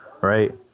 Right